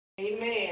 Amen